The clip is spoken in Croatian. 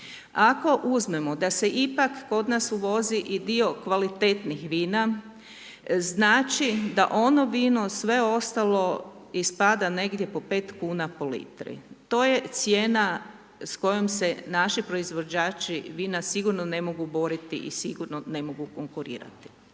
Ako uzmemo da se ipak kod nas uvozi i dio kvalitetnih vina znači da ono vino sve ostalo ispada negdje po 5 kuna po litri. To je cijena s kojom se naši proizvođači vina sigurno ne mogu boriti i sigurno ne mogu konkurirati.